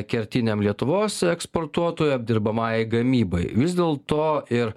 kertiniam lietuvos eksportuotojui apdirbamajai gamybai vis dėlto ir